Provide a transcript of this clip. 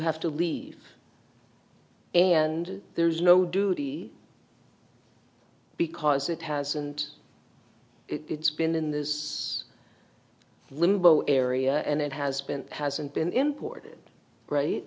have to leave and there's no duty because it hasn't it's been in this limbo area and it has been hasn't been imported right